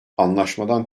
anlaşmadan